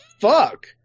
fuck